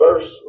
verse